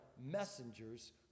messengers